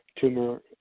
tumor